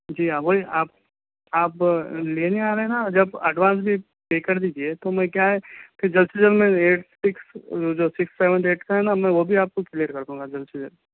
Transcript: جی ہاں وہی آپ آپ لینے آ رہے ہیں نہ جب ایڈوانس بھی پے کر دیجیے تو میں کیا ہے پھر جلد سے جلد میں ریٹ فکس جو سکس سیون ایٹتھ کا ہے نہ وہ بھی آپ کو کلیئر کر دوں گا جلد سے جلد